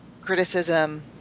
criticism